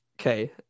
okay